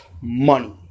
money